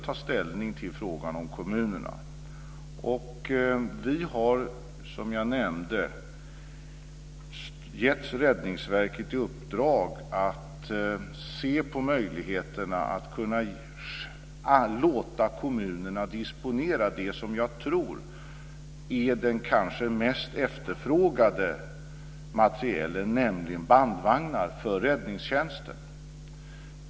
Vi har gett Räddningsverket i uppdrag att se på möjligheterna att låta kommunerna disponera det som jag tror är den kanske mest efterfrågade materielen, nämligen bandvagnar för räddningstjänsten.